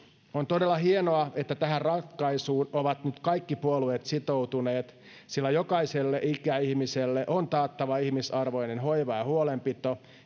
on todella hienoa että tähän ratkaisuun ovat nyt kaikki puolueet sitoutuneet sillä jokaiselle ikäihmiselle on taattava ihmisarvoinen hoiva ja huolenpito